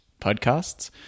podcasts